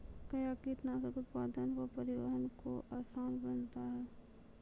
कया कीटनासक उत्पादन व परिवहन को आसान बनता हैं?